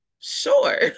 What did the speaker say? sure